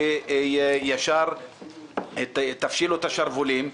וישר תפשילו את השרוולים,